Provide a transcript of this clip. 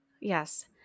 Yes